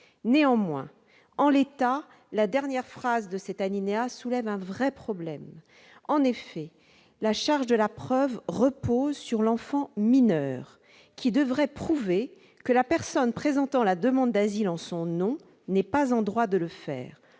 Néanmoins, en l'état, la dernière phrase de cet alinéa soulève un vrai problème. En effet, la charge de la preuve repose sur l'enfant mineur qui devrait prouver que la personne présentant la demande d'asile en son nom n'est pas en droit de le faire.